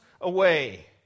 away